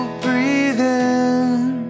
breathing